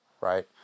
right